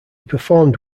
performed